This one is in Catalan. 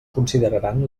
consideraran